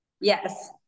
Yes